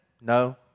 No